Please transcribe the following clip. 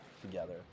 together